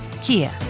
Kia